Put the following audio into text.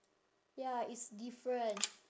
ya it's different